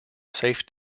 safe